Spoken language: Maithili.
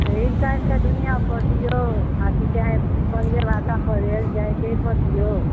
आइ काल्हिके दुनिआ पर दिऔ आकि चाहे बंगले भाषा पर कयल जाय तै पर दिऔ